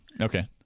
Okay